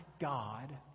God